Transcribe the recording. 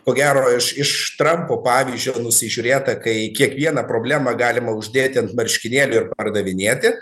ko gero iš iš trampo pavyzdžio nusižiūrėta kai kiekvieną problemą galima uždėti ant marškinėlių ir pardavinėti